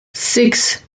six